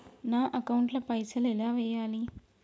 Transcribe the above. నా అకౌంట్ ల పైసల్ ఎలా వేయాలి?